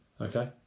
Okay